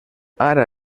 ara